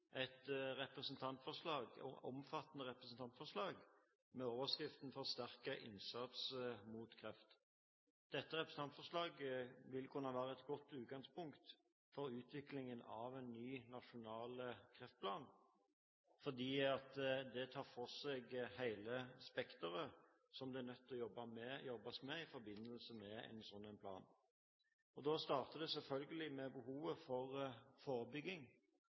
omfattende representantforslag, med overskriften «… forsterket innsats mot kreft». Dette representantforslaget vil kunne være et godt utgangspunkt for utviklingen av en ny nasjonal kreftplan, for det tar for seg hele spekteret som en er nødt til å jobbe med i forbindelse med en sånn plan. Det starter selvfølgelig med behovet for forebygging